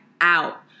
out